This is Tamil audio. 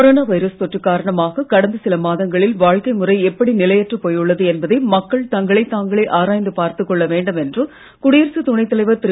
கொரோனா வைரஸ் தொற்று காரணமாக கடந்த சில மாதங்களில் வாழ்க்கை முறை எப்படி நிலையற்றுப் போயுள்ளது என்பதை மக்கள் தங்களை தாங்களே ஆராய்ந்து பார்த்துக்கொள்ள வேண்டும் என்று குடியரசு துணை தலைவர் திரு